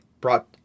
brought